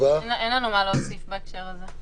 אין לנו מה להוסיף בהקשר הזה.